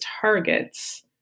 targets